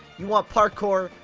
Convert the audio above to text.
you want parkour?